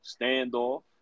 standoff